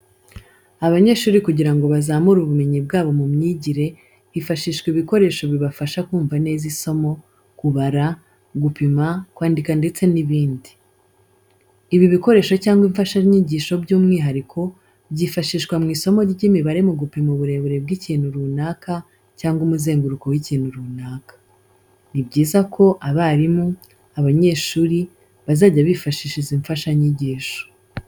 Abanyeshuri kugira ngo bazamure ubumenyi bwabo mu myigire, hifashishwa ibikoresho bibafasha kumva neza isomo, kubara, gupima, kwandika ndetse n'ibindi. Ibi bikoresho cyangwa imfashanyigisho by'umwihariko byifashishwa mu isomo ry'imibare mu gupima uburebure bw'ikintu runaka cyangwa umuzenguruko w'ikintu runaka. Ni byiza ko abarimu, abanyeshuri bazajya bifashisha izi mfashanyigisho.